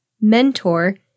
Mentor